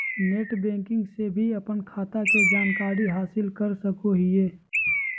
net banking से भी अपन खाता के जानकारी हासिल कर सकोहिये